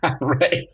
Right